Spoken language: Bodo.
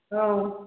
औ